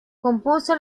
compuso